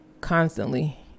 constantly